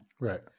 Right